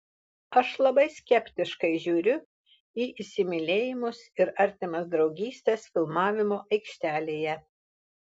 aš labai skeptiškai žiūriu į įsimylėjimus ir artimas draugystes filmavimo aikštelėje